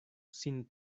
sin